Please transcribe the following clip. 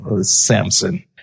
Samson